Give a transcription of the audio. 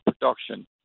production